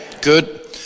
Good